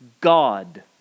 God